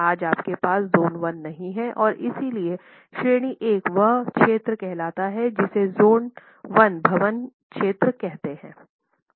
आज आपके पास ज़ोन I नहीं है और इसलिए श्रेणी I वह क्षेत्र कहलाता है जिसे ज़ोन I भवन क्षेत्र कहते हैं